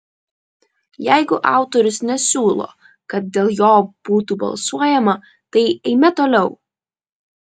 jeigu autorius nesiūlo kad dėl jo būtų balsuojama tai eime toliau